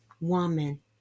woman